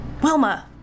Wilma